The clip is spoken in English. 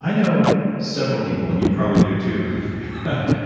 i know several people and you probably do too